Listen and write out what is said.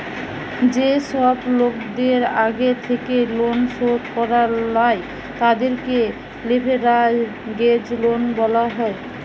যেই সব লোকদের আগের থেকেই লোন শোধ করা লাই, তাদেরকে লেভেরাগেজ লোন বলা হয়